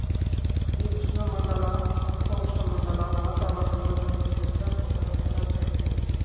ఇది ఉష్ణమండల, ఉప ఉష్ణమండల వాతావరణంలో పెరిగే పెద్ద పొద లేదా చెట్టు